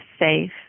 Safe